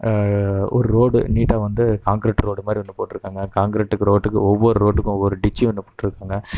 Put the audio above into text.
ஒரு ரோடு நீட்டாக வந்து கான்கிரெட் ரோடு மாதிரி ஒன்று போட்டிருக்காங்க கான்கிரெட்க்கு ரோட்டுக்கு ஒவ்வொரு ரோட்டுக்கும் ஒவ்வொரு டிச்சு ஒன்று போட்டிருக்காங்க